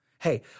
Hey